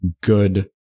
good